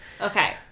Okay